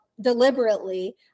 deliberately